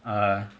err